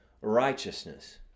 righteousness